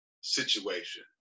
situation